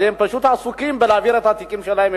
אז הם פשוט עסוקים בלהעביר את התיקים שלהם,